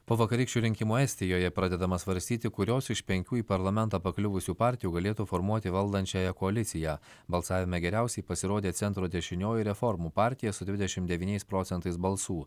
po vakarykščių rinkimų estijoje pradedama svarstyti kurios iš penkių į parlamentą pakliuvusių partijų galėtų formuoti valdančiąją koaliciją balsavime geriausiai pasirodė centro dešinioji reformų partija su dvidešim devyniais procentais balsų